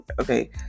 Okay